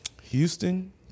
Houston